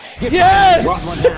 Yes